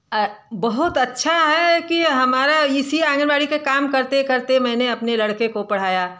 बहुत अच्छा है कि हमरा इसी आंगनबाड़ी का काम करते करते मैंने अपने लड़के को पढ़ाया